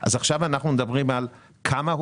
עכשיו אנחנו מדברים על --- שמונה.